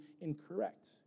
incorrect